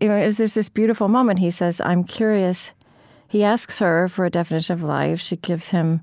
you know there's this beautiful moment. he says, i'm curious he asks her for a definition of life. she gives him